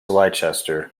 leicester